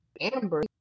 amber